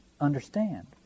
understand